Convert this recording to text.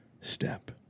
step